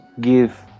give